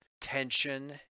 tension